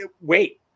Wait